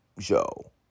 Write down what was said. show